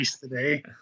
today